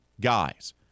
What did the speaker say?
guys